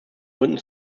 gründen